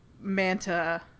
manta